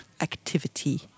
activity